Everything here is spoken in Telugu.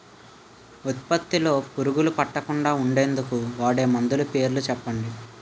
ఉత్పత్తి లొ పురుగులు పట్టకుండా ఉండేందుకు వాడే మందులు పేర్లు చెప్పండీ?